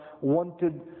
wanted